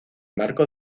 marco